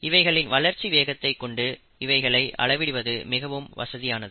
இவைகளின் வளர்ச்சி வேகத்தை கொண்டு இவைகளை அளவிடுவது மிகவும் வசதியானது